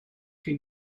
chi